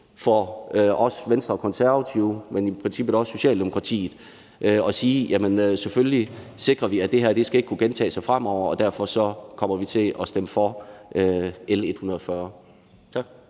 for Venstre og Konservative, men i princippet også for Socialdemokratiet i forhold til at sige: Selvfølgelig sikrer vi, at det her ikke skal kunne gentage sig fremover, og derfor kommer vi til at stemme for L 140. Tak.